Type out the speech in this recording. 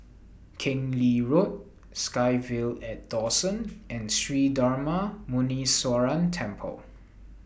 Keng Lee Road SkyVille At Dawson and Sri Darma Muneeswaran Temple